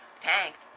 tanked